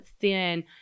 thin